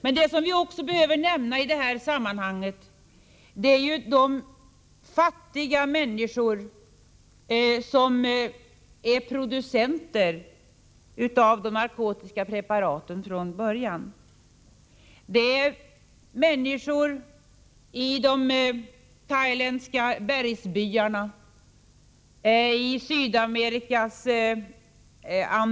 I detta sammanhang måste man också nämna de fattiga människor som från början producerar de narkotiska preparaten. Det är människor i de thailändska bergsbyarna och i Anderna i Sydamerika.